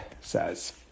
says